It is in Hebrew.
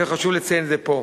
וחשוב לציין את זה פה.